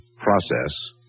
process